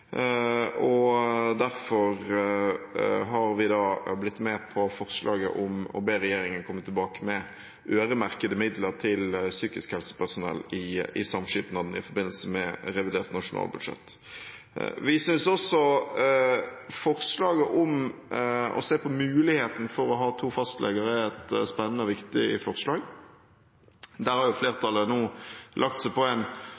og derfor har vi blitt med på forslaget om å be regjeringen komme tilbake med øremerkede midler til psykisk helsepersonell i samskipnadene i forbindelse med revidert nasjonalbudsjett. Vi synes også at forslaget om å se på muligheten for å ha to fastleger er et spennende og viktig forslag. Der har flertallet nå lagt seg på en